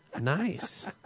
Nice